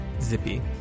zippy